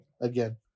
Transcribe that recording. again